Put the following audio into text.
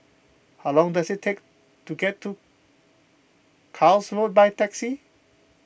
how long does it take to get to Carlisle Road by taxi